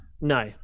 No